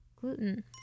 Gluten